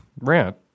rant